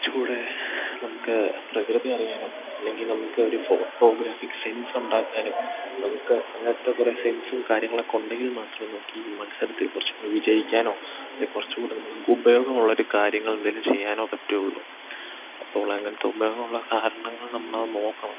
കുറച്ചു കൂടി നമുക്ക് പ്രകൃതിയെ അറിയാനും അല്ലെങ്കിൽ നമുക്കൊരു ഫോട്ടോഗ്രാഫിക്ക് സെൻസുണ്ടാക്കാനും നമുക്ക് അങ്ങനത്തെ കുറേ സെൻസും കാര്യങ്ങളൊക്കെ ഉണ്ടെങ്കിൽ മാത്രമേ നമുക്കീ മത്സരത്തിൽ കുറച്ചും കൂടി വിജയിക്കാനോ അല്ലേ കുറച്ചും കൂടി നമുക്ക് ഉപയോഗമുള്ളൊരു കാര്യങ്ങളെന്തെങ്കിലും ചെയ്യാനോ പറ്റുകയുള്ളു അപ്പോളങ്ങനത്തെ ഉപയോഗമുള്ള കാരണങ്ങൾ നമ്മളത് നോക്കണം